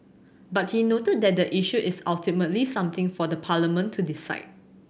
but he noted that the issue is ultimately something for Parliament to decide